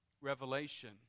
revelation